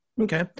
Okay